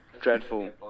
dreadful